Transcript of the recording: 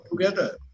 Together